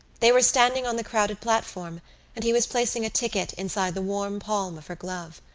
they were standing on the crowded platform and he was placing a ticket inside the warm palm of her glove.